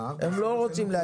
הם לא רוצים להגיד לך.